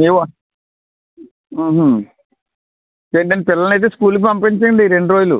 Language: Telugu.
మీవా లేదండి పిల్లల్నయితే స్కూల్కి పంపించండి ఈ రెండు రోజులు